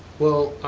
well,